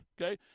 okay